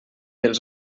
els